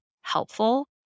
helpful